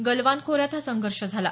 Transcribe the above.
गलवान खोऱ्यात हा संघर्ष झाला